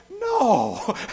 no